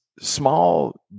small